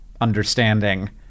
understanding